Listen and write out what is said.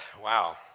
Wow